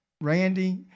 Randy